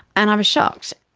and i was shocked.